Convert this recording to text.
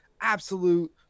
absolute